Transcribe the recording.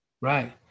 right